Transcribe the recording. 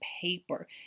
paper